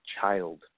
child